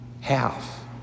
half